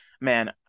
man